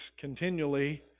continually